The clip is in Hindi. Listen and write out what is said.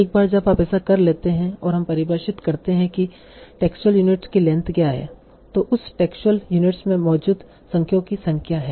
एक बार जब आप ऐसा कर लेते हैं और हम परिभाषित करते हैं कि टेक्सुअल यूनिट्स की लेंथ क्या है तो उस टेक्सुअल यूनिट्स में मौजूद शब्दों की संख्या है